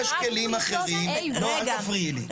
יש כלים אחרים, לא אל תפריעי לי.